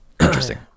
Interesting